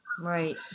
Right